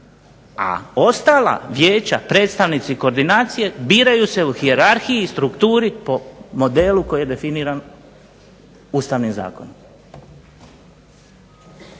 A ostala vijeća, predstavnici, koordinacije biraju se u hijerarhiji, strukturi, po modelu koji je definiran Ustavnim zakonom.